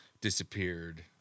disappeared